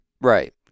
Right